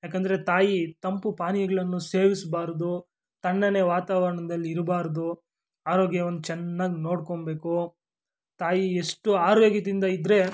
ಏಕೆಂದ್ರೆ ತಾಯಿ ತಂಪು ಪಾನೀಯಗಳನ್ನು ಸೇವಿಸಬಾರ್ದು ತಣ್ಣನೆ ವಾತಾವರಣದಲ್ಲಿ ಇರಬಾರ್ದು ಆರೋಗ್ಯವನ್ನು ಚೆನ್ನಾಗಿ ನೋಡ್ಕೊಳ್ಬೇಕು ತಾಯಿ ಎಷ್ಟು ಆರೋಗ್ಯದಿಂದ ಇದ್ದರೆ